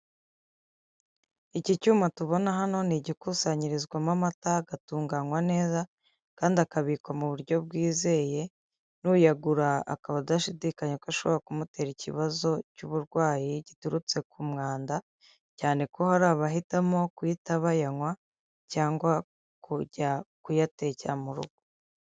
Iki cyuma tubona hano ni igikusanyirizwamo amata, agatunganywa neza kandi akabikwa mu buryo bwizeye, n'uyagura akaba adashidikanya ko ashobora kumutera ikibazo cy'uburwayi giturutse ku mwanda, cyane ko hari abahitamo kuhita bayanywa cyangwa kujya kuyateka mu rugo.